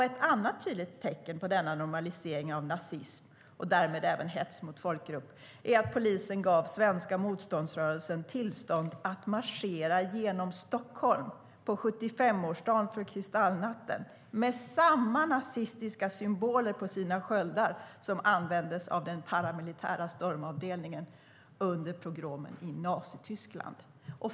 Ett annat tydligt tecken på normalisering av nazism, och därmed även hets mot folkgrupp, är att polisen gav Svenska motståndsrörelsen tillstånd att marschera genom Stockholm på 75-årsdagen av kristallnatten med samma nazistiska symboler på sköldarna som användes av den paramilitära stormavdelningen under pogromer i Nazityskland.